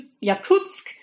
Yakutsk